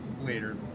later